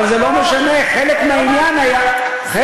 אבל זה לא משנה, חלק מהעניין היה, אני לא מאמינה.